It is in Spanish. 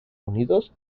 unidos